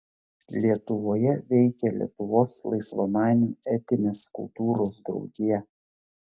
lietuvoje veikė lietuvos laisvamanių etinės kultūros draugija